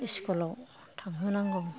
स्कुलाव थांहोनांगौ